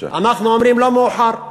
אנחנו אומרים, לא מאוחר.